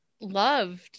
loved